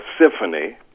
symphony